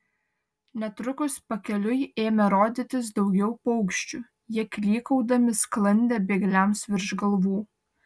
netrukus pakeliui ėmė rodytis daugiau paukščių jie klykaudami sklandė bėgliams virš galvų